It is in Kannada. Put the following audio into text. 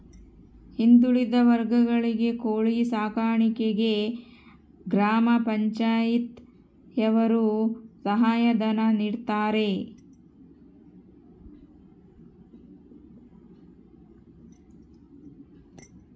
ಹಿಂದುಳಿದ ವರ್ಗಗಳಿಗೆ ಕೋಳಿ ಸಾಕಾಣಿಕೆಗೆ ಗ್ರಾಮ ಪಂಚಾಯ್ತಿ ಯವರು ಸಹಾಯ ಧನ ನೀಡ್ತಾರೆ